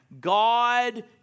God